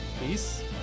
Peace